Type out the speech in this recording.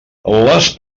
les